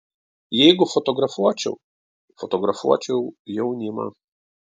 jeigu fotografuočiau fotografuočiau jaunimą